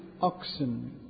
oxen